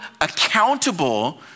accountable